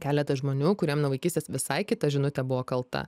keletą žmonių kuriem nuo vaikystės visai kita žinutė buvo kalta